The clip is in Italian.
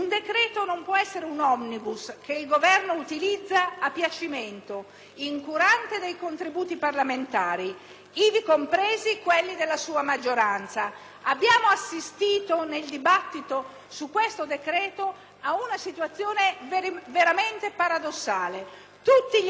ivi compresi quelli della sua maggioranza. Abbiamo assistito, infatti, nel dibattito su questo decreto ad una situazione veramente paradossale: tutti gli emendamenti, anche quelli significativi, presentati da esponenti della maggioranza sono stati ritirati